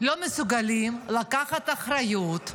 לא מסוגלים לקחת אחריות,